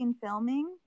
filming